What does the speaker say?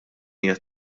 hija